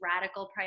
radical